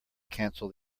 cancel